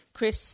Chris